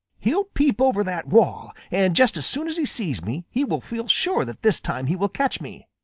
he'll peep over that wall, and just as soon as he sees me, he will feel sure that this time he will catch me,